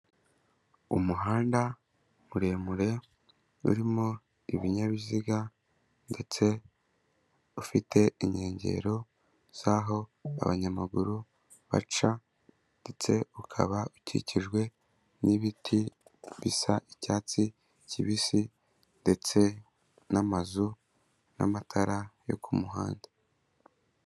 Umuhanda muremure urimo ibinyabiziga ndetse ufite inkengero z'aho abanyamaguru baca ndetse ukaba ukikijwe n'ibiti bisa icyatsi kibisi ndetse n'amazu n'amatara yo ku muhanda.